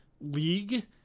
league